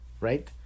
right